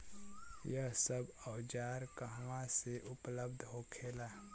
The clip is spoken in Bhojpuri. यह सब औजार कहवा से उपलब्ध होखेला?